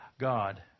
God